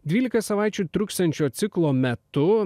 dvylika savaičių truksiančio ciklo metu